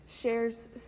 shares